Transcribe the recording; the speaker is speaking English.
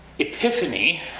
Epiphany